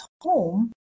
home